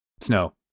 Snow